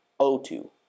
O2